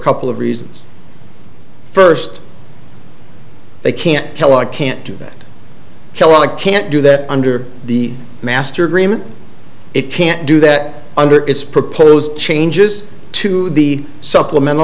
couple of reasons first they can't tell i can't do that kellogg can't do that under the master agreement it can't do that under its proposed changes to the supplemental